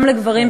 גם לגברים,